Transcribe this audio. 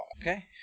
Okay